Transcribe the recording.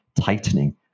tightening